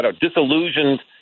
disillusioned